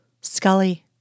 Scully